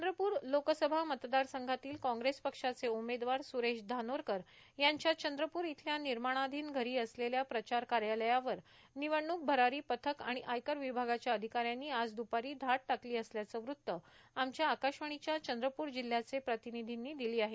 चंद्रपुर लोकसभा मतदारसंघातीन कांग्रेस पक्षाचे उमेदवार सुरेश धानोरकर यांच्या चंद्रपुर इथल्या निर्माणाधीन घरी असलेल्या प्रचार कार्यालयावर निवडणूक भरारी पथक आणि आयकर विभागाच्या अधिकाऱ्यांनी आज द्पारी धाड टाकली असल्याचं वृत्त आमच्या आकाशवाणीच्या चंद्रपूर जिल्ह्याचे प्रतिनिधीनं दिली आहे